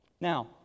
Now